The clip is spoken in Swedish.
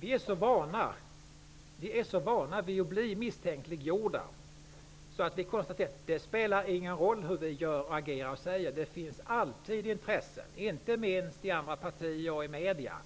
Fru talman! Vi i Ny demokrati är vana vid att bli misstänkliggjorda. Vi konstaterar att det inte spelar någon roll hur vi agerar och vad vi säger. Det finns alltid intresse för att misstänkliggöra oss, inte minst i andra partier och i medierna,